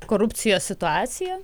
korupcijos situacija